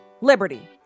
liberty